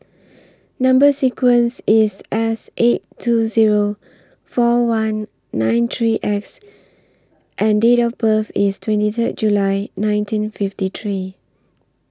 Number sequence IS S eight two Zero four one nine three X and Date of birth IS twenty Third July nineteen fifty three